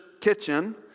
kitchen